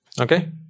okay